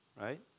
right